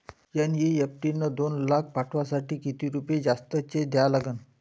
NEFT न दोन लाख पाठवासाठी किती रुपये जास्तचे द्या लागन?